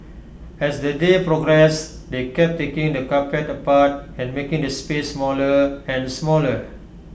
as the day progressed they kept taking the carpet apart and making the space smaller and smaller